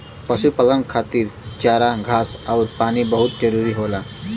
पशुपालन खातिर चारा घास आउर पानी बहुत जरूरी होला